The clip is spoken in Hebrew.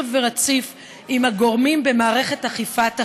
ורציף עם הגורמים במערכת אכיפת החוק.